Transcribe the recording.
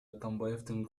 атамбаевдин